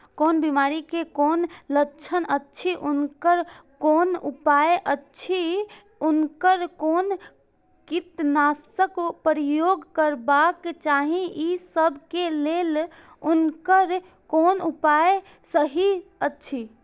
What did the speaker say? कोन बिमारी के कोन लक्षण अछि उनकर कोन उपाय अछि उनकर कोन कीटनाशक प्रयोग करबाक चाही ई सब के लेल उनकर कोन उपाय सहि अछि?